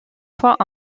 fois